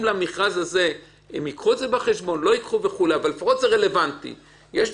יש דברים שהם בכלל לא רלוונטיים.